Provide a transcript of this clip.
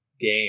game